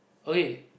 okay